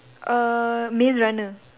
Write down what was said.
uh Maze Runner